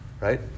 right